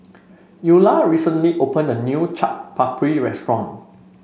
Eula recently opened a new Chaat Papri restaurant